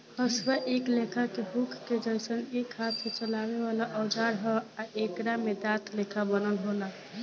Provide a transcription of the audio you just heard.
हसुआ एक लेखा के हुक के जइसन एक हाथ से चलावे वाला औजार ह आ एकरा में दांत लेखा बनल होला